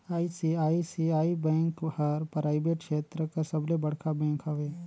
ICICI bank हर private छेत्र कर सबले बड़खा बेंक हवे